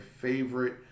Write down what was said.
favorite